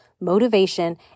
motivation